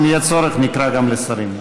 אם יהיה צורך, נקרא גם לשרים.